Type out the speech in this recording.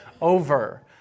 over